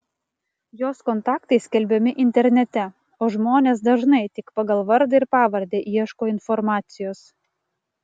jos kontaktai skelbiami internete o žmonės dažnai tik pagal vardą ir pavardę ieško informacijos